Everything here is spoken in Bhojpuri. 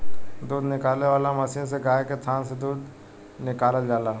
दूध निकाले वाला मशीन से गाय के थान से दूध निकालल जाला